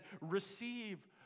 Receive